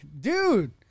dude